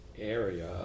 area